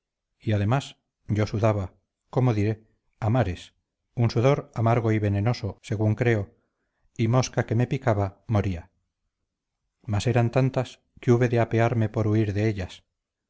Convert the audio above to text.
y además yo sudaba cómo diré a mares un sudor amargo y venenoso según creo y mosca que me picaba moría mas eran tantas que hube de apearme por huir de ellas